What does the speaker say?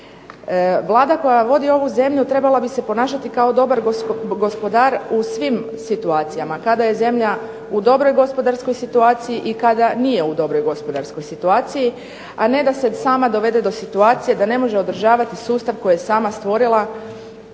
Vlada koja vodi ovu zemlju trebala bi se ponašati kao dobar gospodar u svim situacijama, kada je zemlja u dobroj gospodarskoj situaciji i kada nije u dobroj gospodarskoj situaciji, a ne da se sama dovede do situacije da ne može održavati sustav koji je sama stvorila